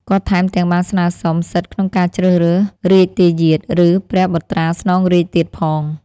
គាត់ថែមទាំងបានស្នើសុំសិទ្ធិក្នុងការជ្រើសរើសរជ្ជទាយាទ ឬព្រះបុត្រាស្នងរាជ្យទៀតផង។